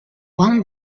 one